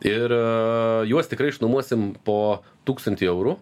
ir juos tikrai išnuomosim po tūkstantį eurų